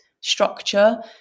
structure